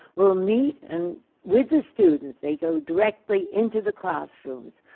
will meet and with the students. they go directly into the classrooms.